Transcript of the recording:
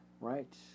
right